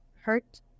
hurt